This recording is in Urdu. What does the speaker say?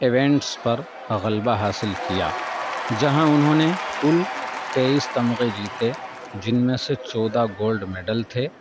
ایوینٹس پر غلبہ حاصل کیا جہاں انہوں نے کل تیئس تمغے جیتے جن میں سے چودہ گولڈ مڈل تھے